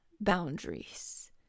boundaries